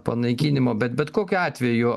panaikinimo bet bet kokiu atveju